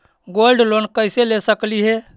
Gold loan कैसे ले सकली हे?